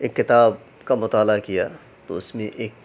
ایک کتاب کا مطالعہ کیا تو اس میں ایک